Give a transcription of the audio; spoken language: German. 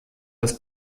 des